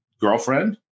girlfriend